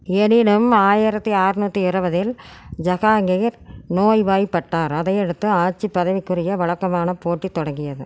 எனினும் ஆயிரத்தி ஆற்நூத்தி இருபதில் ஜஹாங்கீர் நோய்வாய்ப்பட்டார் அதையெடுத்து ஆட்சிப் பதவிக்குரிய வழக்கமான போட்டி தொடங்கியது